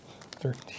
thirteen